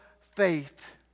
faith